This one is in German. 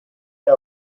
air